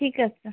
ঠিক আছে